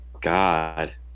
God